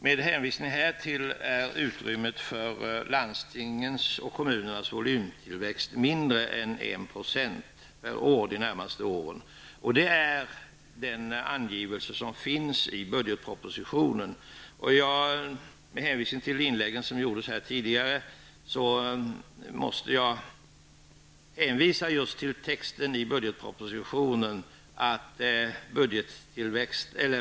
Med hänvisning härtill är utrymmet för landstingens och kommunernas volymtillväxt mindre än 1 % per år under de närmaste åren, vilket är den angivelse som finns i budgetpropositionen. I anledning av tidigare inlägg vill jag hänvisa just till texten i budgetpropositionen.